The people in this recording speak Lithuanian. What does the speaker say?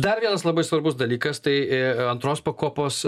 dar vienas labai svarbus dalykas tai į antros pakopos